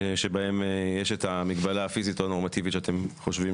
שבהן יש את המגבלה הפיזית או הנורמטיבית שאתם חושבים